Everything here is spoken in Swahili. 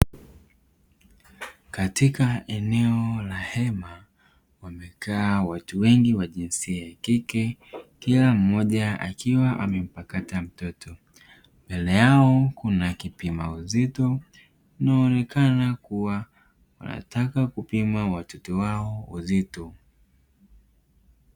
Katika eneo la hema wamekaa watu wengi wa jinsia ya kike kila mmoja akiwa amempakata mtoto, mbele yao kuna kipima uzito inaonekana kuwa wanataka kupima watoto wao uzito.